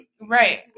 Right